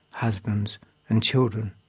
husbands and children.